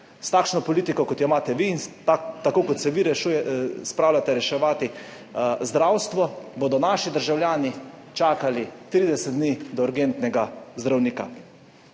S takšno politiko, kot jo imate vi, in tako kot se vi spravljate reševati zdravstvo, bodo naši državljani čakali 30 dni do urgentnega zdravnika.